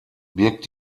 birgt